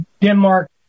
Denmark